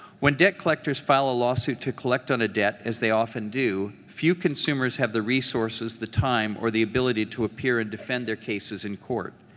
when debt collectors file a lawsuit to collect on a debt, as they often do, few consumers have the resources, the time, or the ability to appear and defend their cases in court.